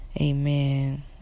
Amen